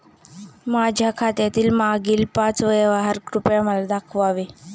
माझ्या खात्यातील मागील पाच व्यवहार कृपया मला दाखवावे